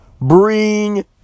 Bring